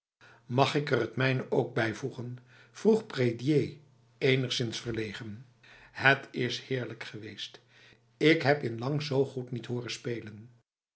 mag ik er het mijne ook bijvoegen vroeg prédier enigszins verlegen het is heerlijk geweest ik heb in lang zo goed niet horen spelenf